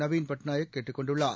நவீன் பட்நாயக் கேட்டுக் கொண்டுள்ளார்